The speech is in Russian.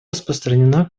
распространена